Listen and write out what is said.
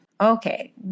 Okay